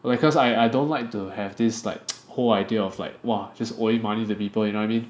because I don't like to have this like whole idea of like !wah! just owing money to people you know what I mean